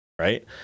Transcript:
right